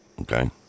okay